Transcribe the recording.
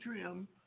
Trim